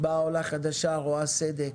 באה עולה חדשה ורואה סדק,